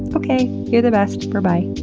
okay. you're the best. berbye.